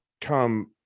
come